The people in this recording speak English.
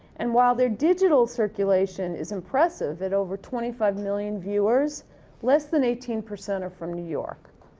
and, while their digital circulation is impressive, at over twenty five million viewers less than eighteen percent are from new york.